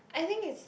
I think it's